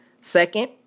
Second